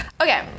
Okay